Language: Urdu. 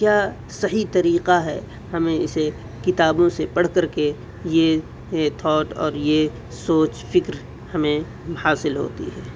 کیا صحیح طریقہ ہے ہمیں اسے کتابوں سے پڑھ کر کے یہ یہ تھاٹ اور یہ سوچ فکر ہمیں حاصل ہوتی ہے